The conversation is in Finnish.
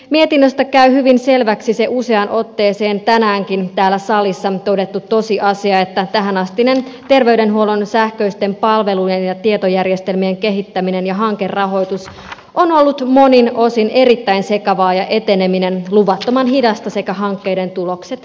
mietinnöstä käy hyvin selväksi se useaan otteeseen tänäänkin täällä salissa todettu tosiasia että tähänastinen terveydenhuollon sähköisten palvelujen ja tietojärjestelmien kehittäminen ja hankerahoitus on ollut monin osin erittäin sekavaa ja eteneminen luvattoman hidasta sekä hankkeiden tulokset vaatimattomia